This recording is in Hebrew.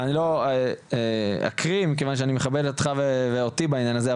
אני לא אקריא כי אני מכבד אותך ואותי בעניין הזה,